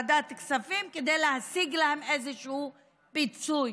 בוועדת כספים, כדי להשיג להן איזשהו פיצוי.